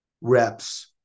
reps